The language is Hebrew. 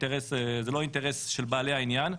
זה לא אינטרס רק של בעלי העניין.